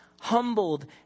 humbled